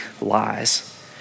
lies